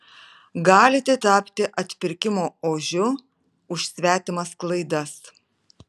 galite tapti atpirkimo ožiu už svetimas klaidas